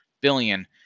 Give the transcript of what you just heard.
billion